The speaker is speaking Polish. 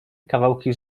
kawałki